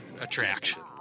attraction